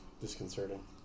disconcerting